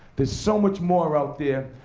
there's so much more out there.